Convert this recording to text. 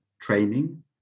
training